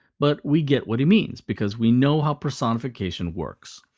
but we get what he means, because we know how personification works.